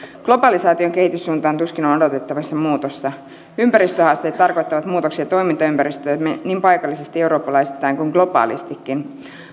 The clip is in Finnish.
globalisaation kehityssuuntaan tuskin on odotettavissa muutosta ympäristöhaasteet tarkoittavat muutoksia toimintaympäristöömme niin paikallisesti eurooppalaisittain kuin globaalistikin